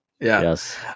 yes